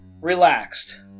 relaxed